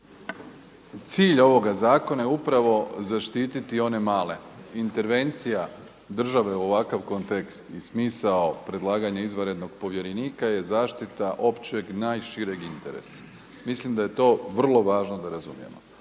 Cilj ovoga zakona je upravo zaštititi one male. Intervencija države u ovakav kontekst i smisao predlaganja izvanrednog povjerenika je zaštita općeg, najšireg interesa. Mislim da je to vrlo važno da razumijemo.